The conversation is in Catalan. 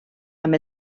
amb